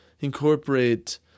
incorporate